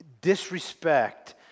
disrespect